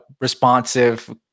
responsive